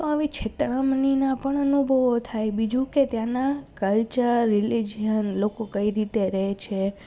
તો આવી છેતરામણીના પણ અનુભવો થાય બીજું કે ત્યાંનાં કલ્ચર રિલિજિયન લોકો કઈ રીતે રહે છે